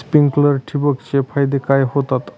Sprinklers ठिबक चे फायदे काय होतात?